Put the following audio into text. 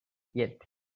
yet